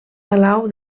palau